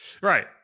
Right